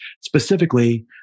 specifically